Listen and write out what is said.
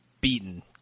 beaten